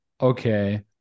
Okay